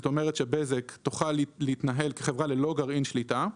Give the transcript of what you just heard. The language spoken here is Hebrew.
כלומר, בזק תוכל להתנהל כחברה ללא גרעין שליטה.